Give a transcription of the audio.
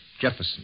Jefferson